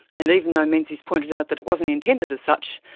and even though menzies pointed out that it wasn't intended as such,